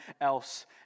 else